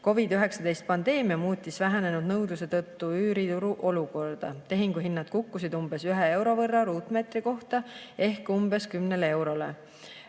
COVID‑19 pandeemia muutis vähenenud nõudluse tõttu üürituru olukorda. Tehinguhinnad kukkusid umbes 1 euro võrra ruutmeetri kohta ehk umbes 10 euroni.